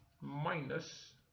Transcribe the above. minus